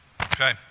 Okay